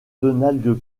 donald